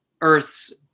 earth's